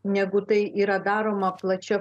negu tai yra daroma plačia